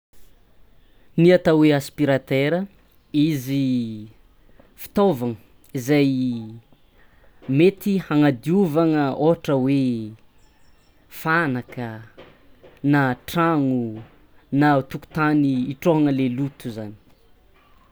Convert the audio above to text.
Ny atao hoe aspiratera izy fitaovana izay mety hagnadiovana ôhatra hoe fanaka na tragno na tokotany hitrôhana le loto zany.